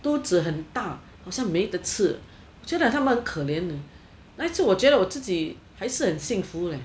肚子很大好像没得吃我觉得他们很可怜 eh 那我觉得我自己还是很幸福 eh